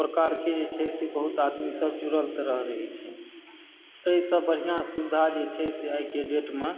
प्रकारकेँ जे छै से बहुत आदमीसभ जुड़ल रहैत छै एहिसँ बढ़िआँ सुविधा जे छै से आइके डेटमे